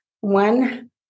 one